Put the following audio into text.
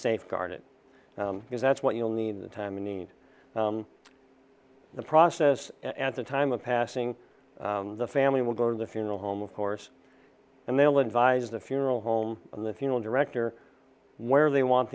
safeguard it because that's what you'll need the time you need the process at the time of passing the family will go to the funeral home of course and they'll advise the funeral home and the funeral director where they want